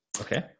Okay